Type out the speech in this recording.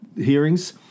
hearings